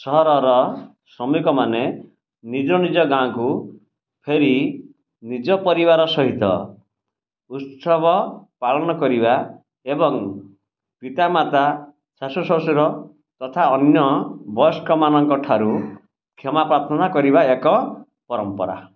ସହରର ଶ୍ରମିକମାନେ ନିଜ ନିଜ ଗାଁକୁ ଫେରି ନିଜ ପରିବାର ସହିତ ଉତ୍ସବ ପାଳନ କରିବା ଏବଂ ପିତାମାତା ଶାଶୁଶ୍ୱଶୁର ତଥା ଅନ୍ୟ ବୟସ୍କମାନଙ୍କ ଠାରୁ କ୍ଷମା ପ୍ରାର୍ଥନା କରିବା ଏକ ପରମ୍ପରା